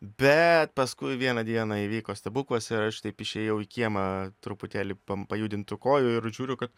bet paskui vieną dieną įvyko stebuklas ir aš taip išėjau į kiemą truputėlį pam pajudint tų kojų ir žiūriu kad